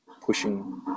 pushing